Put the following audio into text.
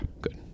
Good